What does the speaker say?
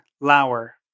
Lauer